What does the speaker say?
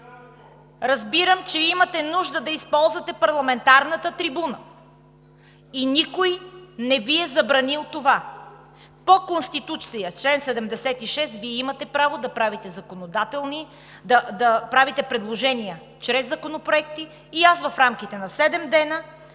Разбирам, че имате нужда да използвате парламентарната трибуна! И никой не Ви е забранил това! По Конституция – чл. 76, Вие имате право да правите предложения чрез законопроекти и аз в рамките на седем